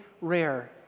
rare